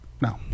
no